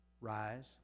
rise